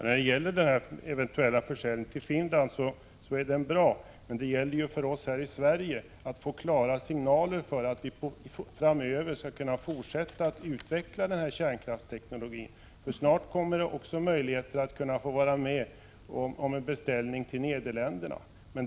Saab-Scanias flygdivision är i färd med att vid tekniska högskolan i Linköping genomföra uppdragsutbildning, som innebär att deltagarna kan bli civilingenjörer på företagets bekostnad.